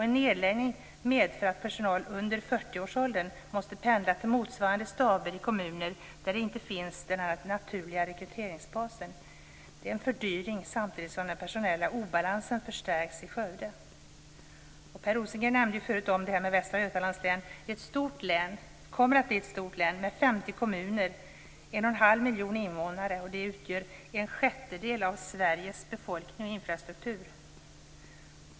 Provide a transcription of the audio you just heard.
En nedläggning medför att personal under 40 års ålder måste pendla till motsvarande staber i kommuner där det inte finns denna naturliga rekryteringsbas. Det är en fördyring, samtidigt som den personella obalansen förstärks i Skövde. Per Rosengren nämnde förut Västra Götalands län, som kommer att bli ett stort län med Det utgör en sjättedel av Sveriges befolkning och infrastruktur.